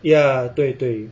ya 对对